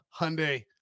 hyundai